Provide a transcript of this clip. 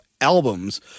albums